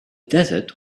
desert